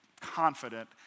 confident